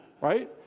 right